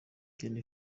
gen